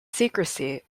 secrecy